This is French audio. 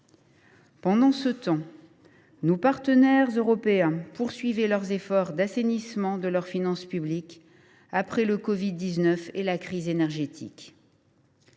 Pendant ce temps, nos partenaires européens poursuivaient leurs efforts d’assainissement de leurs finances publiques après le covid 19 et la crise énergétique.